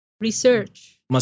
Research